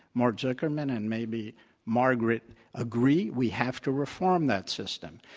mort zuckerman and maybe margaret agree, we have to reform that system.